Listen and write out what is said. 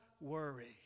worry